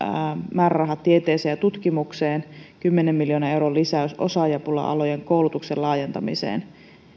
määrärahat tieteeseen ja tutkimukseen kymmenen miljoonan euron lisäys osaajapula alojen koulutuksen laajentamiseen